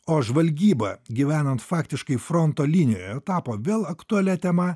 o žvalgyba gyvenant faktiškai fronto linijoje tapo vėl aktualia tema